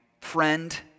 friend